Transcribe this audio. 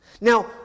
Now